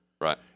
Right